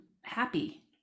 happy